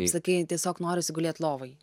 kaip sakei tiesiog norisi gulėt lovoj